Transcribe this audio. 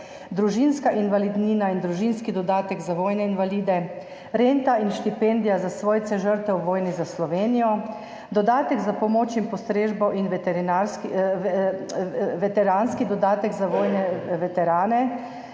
družinska invalidnina in družinski dodatek za vojne invalide, renta in štipendija za svojce žrtev vojne za Slovenijo, dodatek za pomoč in postrežbo ter veteranski dodatek za vojne veterane,